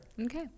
Okay